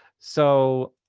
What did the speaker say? so,